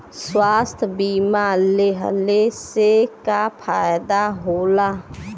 स्वास्थ्य बीमा लेहले से का फायदा होला?